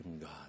God